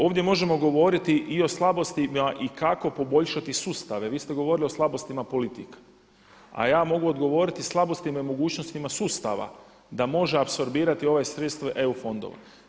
Ovdje možemo govoriti i o slabostima ikako poboljšati sustave, vi ste govorili o slabostima politika, a ja mogu odgovoriti o slabostima i mogućnostima sustava da može apsorbirati ova sredstva EU fondova.